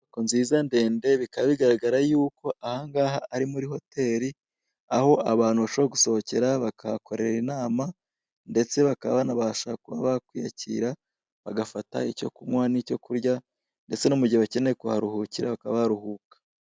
Inyubako nziza ndende bikaba bigaragara yuko aha ngaha ari muri hoteli, aho abantu bashobora gusohokera bakahakorera inama, ndetse bakaba banabasha kuba bakwiyakira bagafata icyo kunywa n'icyo kurya, ndetse no mugihe bakeneye kuharuhukira bakaba baruhuka.